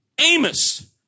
Amos